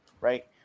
right